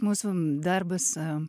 musum darbas am